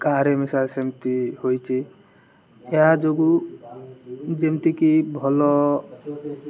କାହାର ମିଶା ସେମିତି ହୋଇଛି ଏହା ଯୋଗୁଁ ଯେମିତିକି ଭଲ